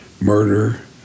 murder